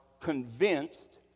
convinced